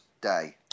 Day